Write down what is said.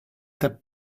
that